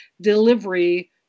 delivery